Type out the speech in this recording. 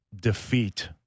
defeat